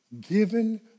given